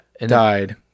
died